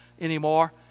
anymore